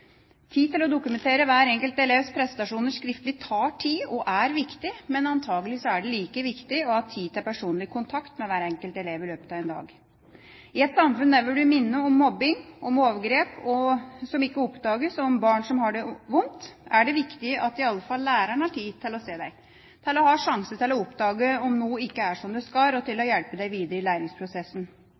Tid til å dokumentere hver enkelt elevs prestasjoner skriftlig tar tid og er viktig, men antakelig er det like viktig å ha tid til personlig kontakt med hver enkelt elev i løpet av en dag. I et samfunn der vi blir minnet om mobbing, om overgrep som ikke oppdages, om barn som har det vondt, er det viktig at i alle fall læreren har tid til å se dem, til å ha sjanse til å oppdage om noe ikke er som det skal, og hjelpe dem videre i læringsprosessen.